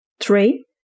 Three